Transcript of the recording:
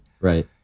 right